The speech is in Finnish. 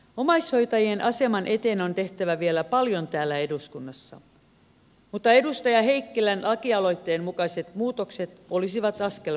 omaishoitajien aseman eteen on tehtävä vielä paljon täällä eduskunnassa mutta edustaja heikkilän lakialoitteen mukaiset muutokset olisivat askel parempaan suuntaan